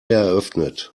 eröffnet